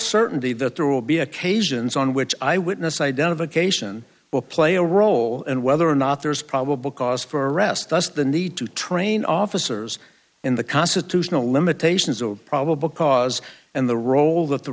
certainty that there will be occasions on which i witness identification will play a role in whether or not there is probable cause for arrest thus the need to train officers in the constitutional limitations of probable cause and the role that the